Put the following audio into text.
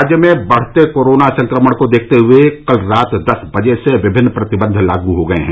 राज्य में बढ़ते कोरोना संक्रमण को देखते हुए कल रात दस बजे से विभिन्न प्रतिबंध लागू हो गए हैं